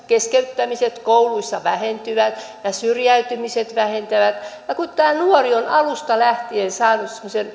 keskeyttämiset kouluissa vähentyvät ja syrjäytymiset vähentyvät kun nuori on alusta lähtien saanut semmoisen